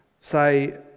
Say